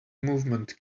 movement